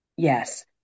Yes